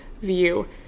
view